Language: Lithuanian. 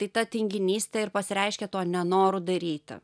tai ta tinginystė ir pasireiškia tuo nenoru daryti